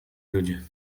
ludzie